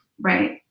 right